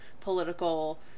political